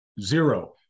zero